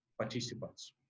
participants